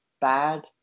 bad